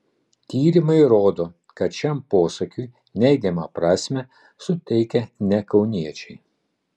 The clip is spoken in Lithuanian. tyrimai rodo kad šiam posakiui neigiamą prasmę suteikia ne kauniečiai